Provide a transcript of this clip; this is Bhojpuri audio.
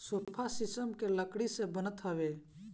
सोफ़ा शीशम के लकड़ी से बनत हवे